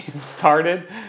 started